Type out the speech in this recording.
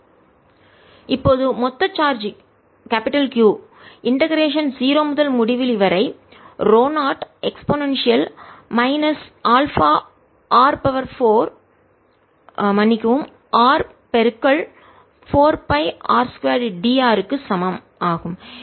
n1 W4π0202312 2222α3 162α4 2312α34π020585 இப்போது மொத்த charge Q integration ஒருங்கிணைத்தல் 0 முதல் முடிவிலி வரை ρ0 e α r 4 pi r 2dr க்கு சமம் ஆகும்